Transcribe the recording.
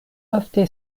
ofte